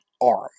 arm